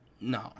no